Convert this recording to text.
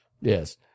Yes